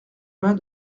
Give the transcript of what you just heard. mas